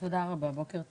תודה רבה, בוקר טוב,